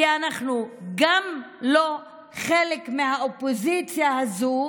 כי אנחנו גם לא חלק מהאופוזיציה הזאת,